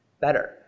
better